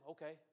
Okay